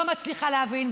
לא מצליחה להבין.